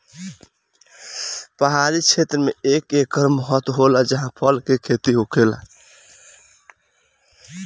पहाड़ी क्षेत्र मे एकर बड़ महत्त्व होला जाहा फल के खेती होखेला